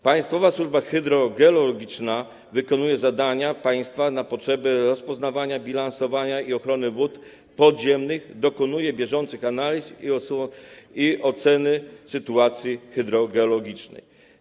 Państwowa służba hydrogeologiczna wykonuje zadania państwa na potrzeby rozpoznawania, bilansowania i ochrony wód podziemnych, dokonuje bieżących analiz i oceny sytuacji hydrogeologicznej.